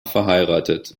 verheiratet